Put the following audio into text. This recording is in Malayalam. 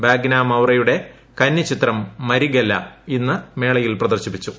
വാഗ്ന ്മൌറയുടെ കന്നിച്ചിത്രം മരിഗെല്ല ഇന്ന് മേളയിൽ പ്രദർശിപ്പിച്ചു